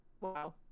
wow